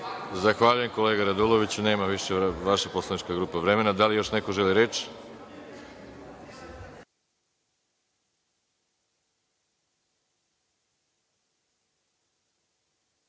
Zahvaljujem, kolega Raduloviću. Nema više vaša poslanička grupa vremena. Da li još neko želi reč?